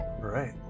right